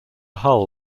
hull